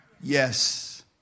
Yes